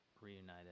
reunited